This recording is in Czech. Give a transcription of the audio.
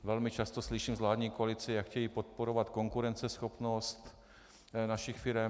Velmi často slyším z vládní koalice, jak chtějí podporovat konkurenceschopnost našich firem.